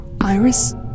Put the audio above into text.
Iris